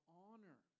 honor